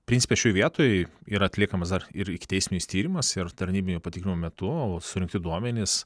principe šioj vietoj yra atliekamas dar ir ikiteisminis tyrimas ir tarnybinių patikrinimų metu surinkti duomenys